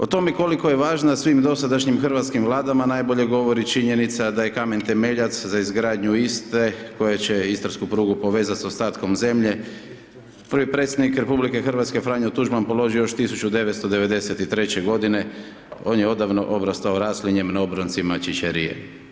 O tome koliko je važna svim dosadašnjim hrvatskim Vladama, najbolje govori činjenica da je kamen temeljac za izgradnju Istre, koji će istarsku prugu povezat sa ostatkom zemlje, prvi predsjednik RH, Franjo Tuđman položio još 1993.-će godine, on je odavno obrastao raslinjem na obroncima Ćićerije.